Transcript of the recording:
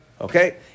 Okay